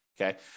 Okay